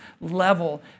level